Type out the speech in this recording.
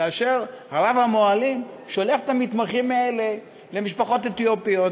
כאשר רב-המוהלים שולח את המתמחים האלה למשפחות אתיופיות,